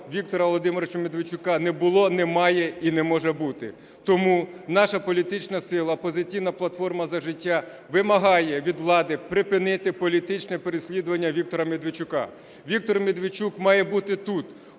Віктора Володимировича не було, немає і не може бути. Тому наша політична сила "Опозиційна платформа – За життя" вимагає від влади припинити політичне переслідування Віктора Медведчука. Віктор Медведчук має бути тут,